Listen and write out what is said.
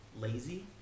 lazy